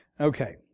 Okay